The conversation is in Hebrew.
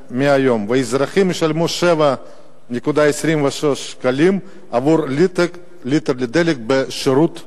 והאזרחים ישלמו 7.26 שקלים עבור ליטר דלק בשירות עצמי.